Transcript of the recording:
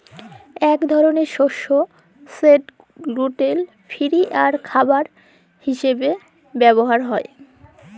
ইক ধরলের শস্য যেট গ্লুটেল ফিরি আর খাবার হিসাবে ব্যাভার হ্যয়